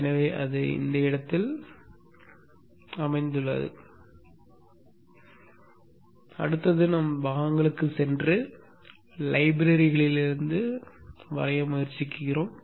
எனவே அந்த இடத்தில் அதை நாம் காணலாம் அடுத்து நாம் பாகங்களுக்குச் சென்று லைப்ரரிலிருந்து பாகங்களை வரைய முயற்சிக்கிறோம்